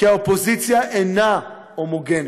כי האופוזיציה אינה הומוגנית.